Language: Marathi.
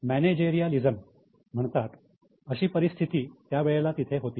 मॅनेजरियालिजम म्हणतात अशी परिस्थिती त्यावेळेला तिथे होती